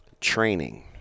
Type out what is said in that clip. Training